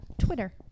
Twitter